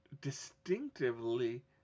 distinctively